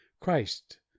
Christ